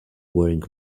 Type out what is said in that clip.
wearing